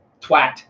twat